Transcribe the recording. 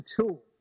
tool